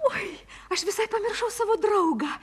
oi aš visai pamiršau savo draugą